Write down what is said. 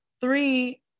Three